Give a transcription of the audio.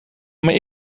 maar